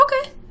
Okay